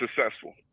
successful